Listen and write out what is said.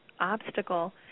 obstacle